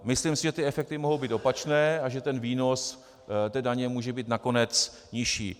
Myslím si, že ty efekty mohou být opačné a že výnos daně může být nakonec nižší.